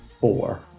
four